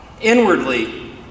inwardly